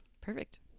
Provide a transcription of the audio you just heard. Perfect